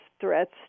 threats